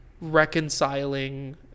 reconciling